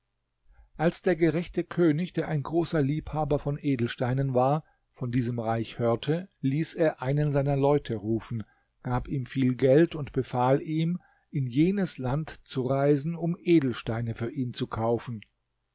als der gerechte könig der ein großer liebhaber von edelsteinen war von diesem reich hörte ließ er einen seiner leute rufen gab ihm viel geld und befahl ihm in jenes land zu reisen um edelsteine für ihn zu kaufen